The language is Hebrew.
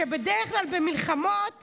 שבדרך כלל במלחמות